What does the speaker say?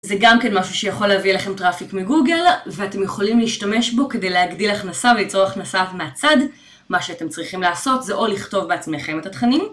זה גם כן משהו שיכול להביא לכם טראפיק מגוגל ואתם יכולים להשתמש בו כדי להגדיל הכנסה וליצור הכנסה מהצד. מה שאתם צריכים לעשות זה או לכתוב בעצמכם את התכנים,